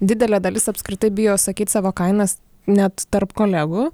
didelė dalis apskritai bijo sakyt savo kainas net tarp kolegų